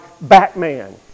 Batman